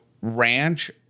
ranch